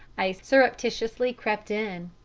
i surreptitiously crept in.